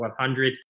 100